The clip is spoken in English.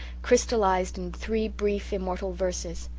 crystallized in three brief immortal verses.